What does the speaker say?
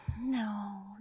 No